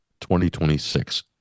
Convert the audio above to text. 2026